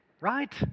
right